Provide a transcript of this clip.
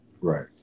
Right